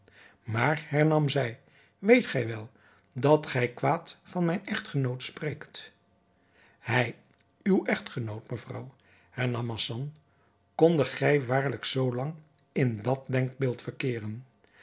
maar hernam zij weet gij wel dat gij kwaad van mijn echtgenoot spreekt hij uw echtgenoot mevrouw hernam hassan kondet gij waarlijk zoo lang in dat denkbeeld verkeeren